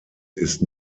ist